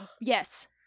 Yes